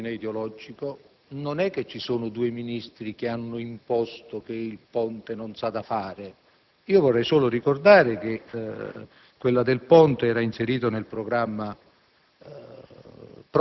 di ordine ideologico, non è che ci sono due ministri che hanno imposto che il ponte non s'ha da fare. Vorrei solo ricordare che la questione del ponte era inserita nel programma